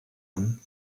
one